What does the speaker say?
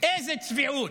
איזו צביעות.